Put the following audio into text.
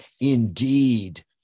indeed